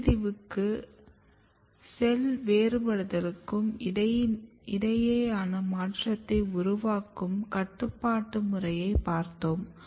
செல் பிரிவுக்கும் செல் வேறுபடுத்தலுக்கும் இடையான மாற்றத்தை உருவாக்கும் கட்டுப்பாடு முறையை பார்த்தோம்